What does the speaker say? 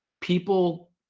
people